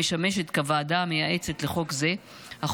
המשמשת כוועדה המייעצת לחוק זה,